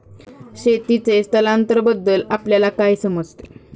शेतीचे स्थलांतरबद्दल आपल्याला काय समजते?